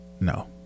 No